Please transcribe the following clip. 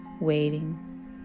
waiting